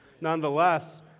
nonetheless